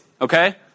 okay